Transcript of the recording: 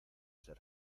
ser